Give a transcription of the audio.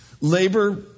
Labor